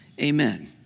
amen